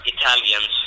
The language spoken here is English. Italians